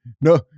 No